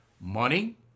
Money